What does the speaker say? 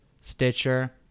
stitcher